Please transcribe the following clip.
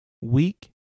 Weak